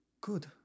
Good